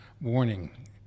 warning